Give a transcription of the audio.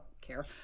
care